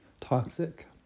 toxic